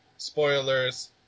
Spoilers